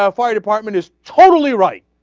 um fire department is totally right